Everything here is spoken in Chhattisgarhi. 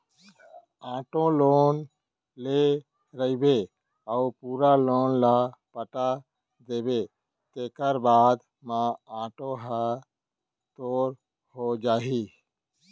आटो लोन ले रहिबे अउ पूरा लोन ल पटा देबे तेखर बाद म आटो ह तोर हो जाही